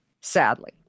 sadly